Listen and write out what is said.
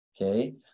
Okay